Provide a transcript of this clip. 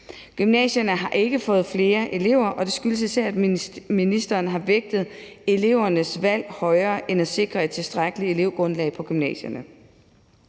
Gymnasierne har ikke fået flere elever, og det skyldes især, at ministeren har vægtet elevernes valg højere end at sikre et tilstrækkeligt elevgrundlag på gymnasierne.